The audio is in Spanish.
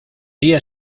día